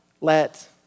let